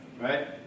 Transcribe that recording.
right